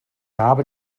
habe